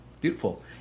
Beautiful